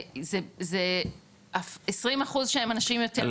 זה 20 אחוז שהם אנשים יותר צעירים --- על